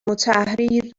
التحریر